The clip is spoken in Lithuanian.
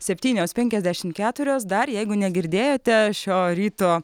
septynios penkiasdešimt keturios dar jeigu negirdėjote šio ryto